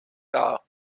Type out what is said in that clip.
dar